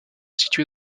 situés